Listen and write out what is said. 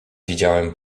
widziałem